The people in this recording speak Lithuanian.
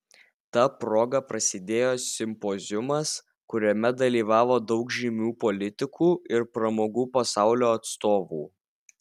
ta proga prasidėjo simpoziumas kuriame dalyvavo daug žymių politikų ir pramogų pasaulio atstovų